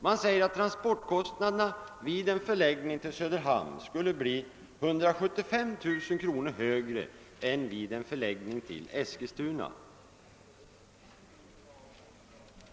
Man säger att transportkostnaderna vid en förläggning till Söderhamn skulle bli 175 000 kr. högre än vid en förläggning till Eskilstuna.